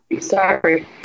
Sorry